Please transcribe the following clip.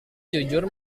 jujur